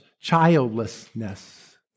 childlessness